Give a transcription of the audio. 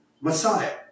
Messiah